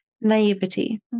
naivety